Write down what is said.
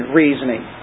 reasoning